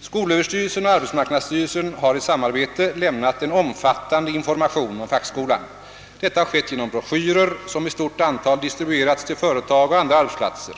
Skolöverstyrelsen och <arbetsmarknadsstyrelsen har i samarbete lämnat en omfattande information om fackskolan. Detta har skett genom broschyrer som i stort antal distribuerats till företag och andra arbetsplatser,